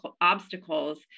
obstacles